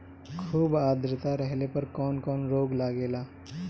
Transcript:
खुब आद्रता रहले पर कौन कौन रोग लागेला?